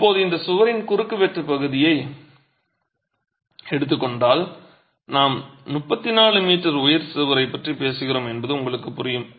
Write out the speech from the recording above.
இப்போது இந்தச் சுவரின் குறுக்குவெட்டுப் பகுதியை எடுத்துக் கொண்டால் நாம் 34 மீட்டர் உயரச் சுவரைப் பற்றிப் பேசுகிறோம் என்பது உங்களுக்குப் புரியும்